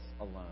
alone